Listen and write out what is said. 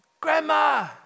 Grandma